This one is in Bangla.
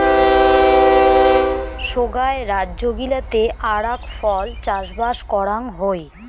সোগায় রাজ্য গিলাতে আরাক ফল চাষবাস করাং হই